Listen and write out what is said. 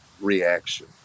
reaction